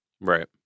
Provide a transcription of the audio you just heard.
Right